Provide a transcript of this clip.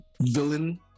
villain